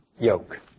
yoke